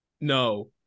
No